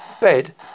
bed